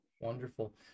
Wonderful